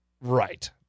Right